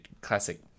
classic